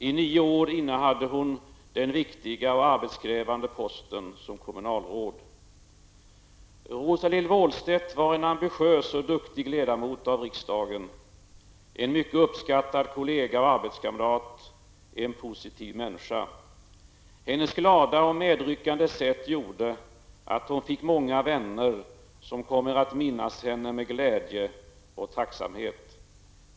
I nio år innehade hon den viktiga och arbetskrävande posten som kommunalråd. Rosa-Lill Wåhlstedt var en ambitiös och duktig ledamot av riksdagen, en mycket uppskattad kollega och arbetskamrat, en positiv människa. Hennes glada och medryckande sätt gjorde att hon fick många vänner som kommer att minnas henne med glädje och tacksamhet.